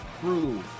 crew